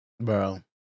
Bro